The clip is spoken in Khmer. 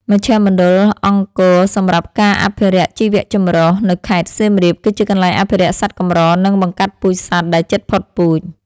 មជ្ឈមណ្ឌលអង្គរសម្រាប់ការអភិរក្សជីវៈចម្រុះ នៅខេត្តសៀមរាប គឺជាកន្លែងអភិរក្សសត្វកម្រ និងបង្កាត់ពូជសត្វដែលជិតផុតពូជ។